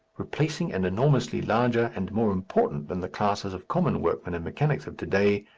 replacing and enormously larger and more important than the classes of common workmen and mechanics of to-day,